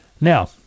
Now